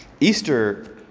Easter